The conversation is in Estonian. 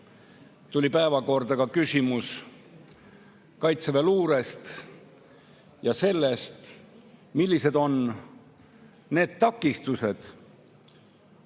tuli päevakorrale küsimus kaitseväeluurest ja sellest, millised on takistused